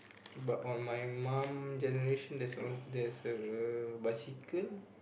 but on my mum generation there's on there's a bicycle